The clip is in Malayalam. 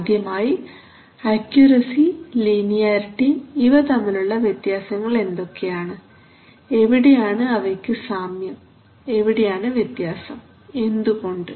ആദ്യമായി അക്യുറസി ലീനിയാരിറ്റി ഇവ തമ്മിലുള്ള വ്യത്യാസങ്ങൾ എന്തൊക്കെയാണ് എവിടെയാണ് അവയ്ക്ക് സാമ്യം എവിടെയാണ് വ്യത്യാസം എന്തുകൊണ്ട്